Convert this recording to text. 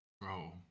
Bro